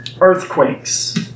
Earthquakes